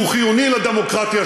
שהוא חיוני לדמוקרטיה,